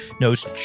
knows